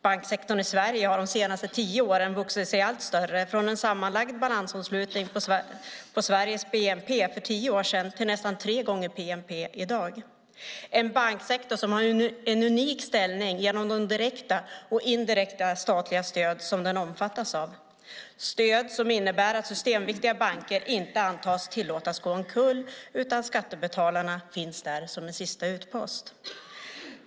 banksektorn i Sverige har de senaste tio åren vuxit sig allt större, från en sammanlagd balansomslutning på Sveriges bnp för tio år sedan till nästan tre gånger bnp i dag. Banksektorn har en unik ställning genom de direkta och indirekta statliga stöd som den omfattas av, stöd som innebär att systemviktiga banker inte antas tillåtas gå omkull, utan skattebetalarna finns där som en sista utpost.